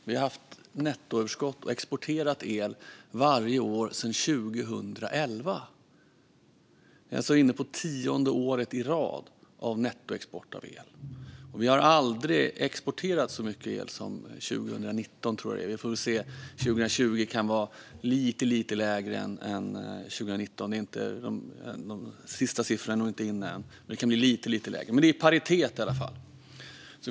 Vi har haft nettoöverskott och exporterat el varje år sedan 2011. Vi är alltså inne på tionde året i rad av nettoexport av el. Och vi har aldrig exporterat så mycket el som 2019, tror jag. Vi får se. År 2020 kan det ha varit lite lägre än 2019. De sista siffrorna har inte kommit in än. Det kan vara lite lägre. Men det är i alla fall i paritet med detta.